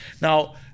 Now